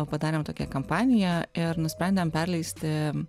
padarėm tokią kampaniją ir nusprendėm perleisti